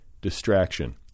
distraction